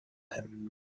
him